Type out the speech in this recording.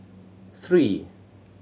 three